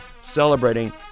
celebrating